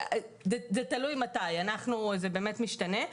תלוי מתי, זה באמת משתנה.